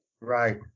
Right